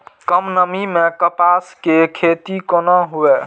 कम नमी मैं कपास के खेती कोना हुऐ?